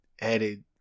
added